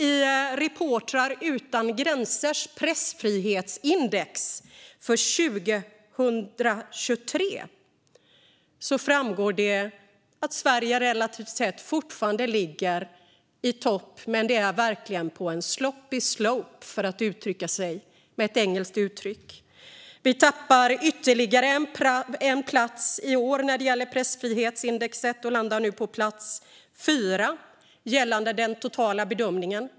I Reportrar utan gränsers pressfrihetsindex för 2023 framgår att Sverige fortfarande ligger i topp relativt sett, men vi befinner oss verkligen på en slippery slope, för att använda ett engelskt uttryck. När det gäller pressfrihetsindex tappar vi i år ytterligare en plats och landar nu på plats 4 gällande den totala bedömningen.